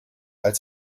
als